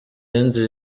y’inzu